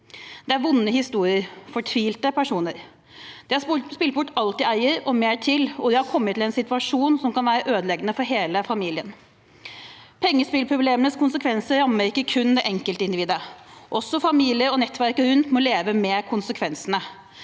Det er vonde historier fra fortvilte personer. De har spilt bort alt de eier, og mer til, og har kommet i en situasjon som kan være ødeleggende for hele familien. Pengespillproblemenes konsekvenser rammer ikke kun enkeltindividet. Også familie og nettverket rundt må leve med konsekvensene.